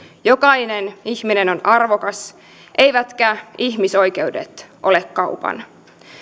jokainen ihminen on arvokas eivätkä ihmisoikeudet ole kaupan